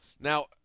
Now